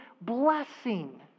blessing